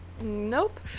nope